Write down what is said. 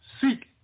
Seek